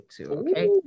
Okay